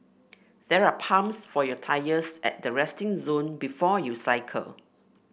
there are pumps for your tyres at the resting zone before you cycle